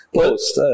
post